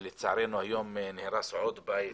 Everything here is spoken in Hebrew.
לצערנו היום נהרס עוד בית.